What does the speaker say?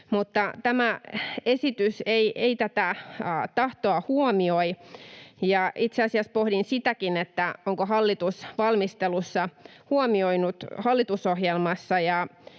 tämä esitys ei tätä tahtoa huomioi. Itse asiassa pohdin sitäkin, onko hallitus valmistelussa huomioinut hallitusohjelmassa